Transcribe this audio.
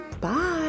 Bye